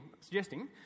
suggesting